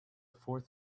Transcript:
fourth